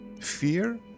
fear